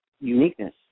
uniqueness